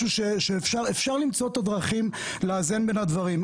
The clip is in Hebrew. אפשר למצוא את הדרכים לאזן בין הדברים,